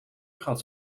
had